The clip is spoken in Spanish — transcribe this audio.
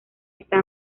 está